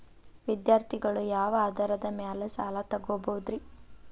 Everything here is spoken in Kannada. ವಿದ್ಯಾರ್ಥಿಗಳು ಯಾವ ಆಧಾರದ ಮ್ಯಾಲ ಸಾಲ ತಗೋಬೋದ್ರಿ?